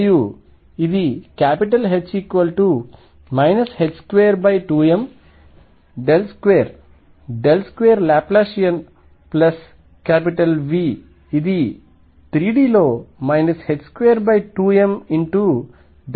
మరియు ఇదిH 22m 2 2 Laplacian plus V ఇది 3 D లో 22m 2